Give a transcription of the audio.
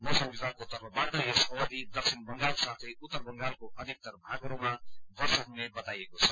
मौसम विभागको तर्फबाट यस अवधि दक्षिण बंगाल साथै उत्तर बंगालको अधिक्तर भागहरूमा वर्षा हुने बताइएको छ